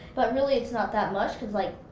but really it's not that much cause, like,